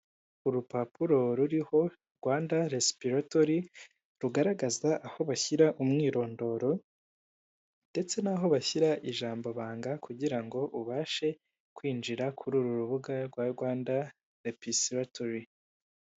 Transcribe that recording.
Urupapuro ruriho Rwanda resipiratori, rugaragaza aho bashyira umwirondoro, ndetse n'aho bashyira ijambo banga, kugira ngo ubashe kwinjira kuri uru rubuga rwa Rwanda repisiratori.